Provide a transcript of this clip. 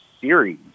series